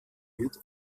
wird